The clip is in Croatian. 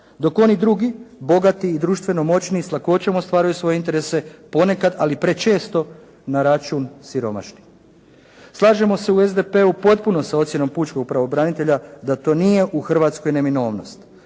dok oni drugi bogati i društveno moćniji s lakoćom ostvaruju svoje interese ponekad, ali prečesto na račun siromašnih. Slažemo se u SDP-u potpuno s ocjenom pučkog pravobranitelja da to nije u Hrvatskoj neminovnost